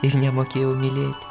ir nemokėjau mylėti